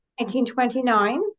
1929